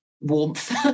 warmth